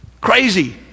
Crazy